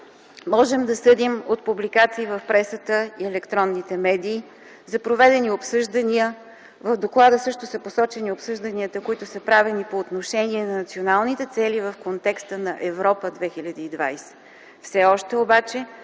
можем да съдим от публикации в пресата и електронните медии за проведени обсъждания. В доклада също са посочени обсъжданията, които са правени по отношение на националните цели в контекста на „Европа 2020”.